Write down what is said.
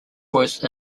voice